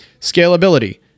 Scalability